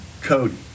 Cody